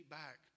back